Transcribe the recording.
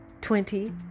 twenty